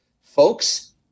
Folks